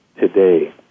today